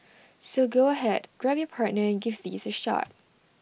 so go ahead grab your partner and give these A shot